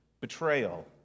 betrayal